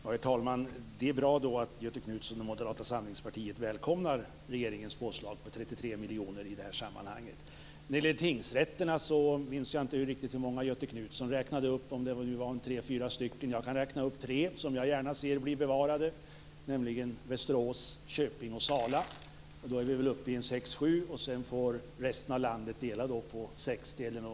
Herr talman! Det är bra att Göthe Knutson och Moderata samlingspartiet välkomnar regeringens påslag på 33 miljoner i det här sammanhanget. Jag minns inte riktigt hur många tingsrätter Göthe Knutson räknade upp. Det var väl tre fyra stycken. Jag kan räkna upp tre som jag gärna ser blir bevarade, nämligen Västerås, Köping och Sala. Då är vi uppe i sex sju. Sedan får resten av landet dela på 60.